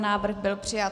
Návrh byl přijat.